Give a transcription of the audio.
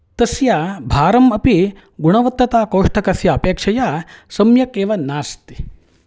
तस्य भारम् अपि गुणवत्तताकोशष्टकस्य अपेक्षया सम्यक् एव नास्ति